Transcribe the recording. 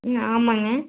ம் ஆமாங்க